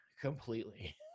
completely